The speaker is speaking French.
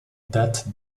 date